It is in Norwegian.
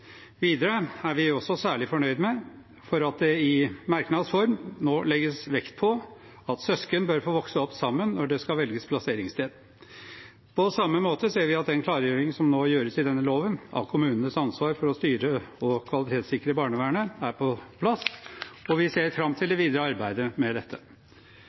Videre er vi også særlig fornøyd med at det i merknads form nå legges vekt på at søsken bør få vokse opp sammen når det skal velges plasseringssted. På samme måte ser vi at den klargjøring som nå gjøres i denne loven av kommunenes ansvar for å styre og kvalitetssikre barnevernet, er på plass, og vi ser fram til det videre arbeidet med dette.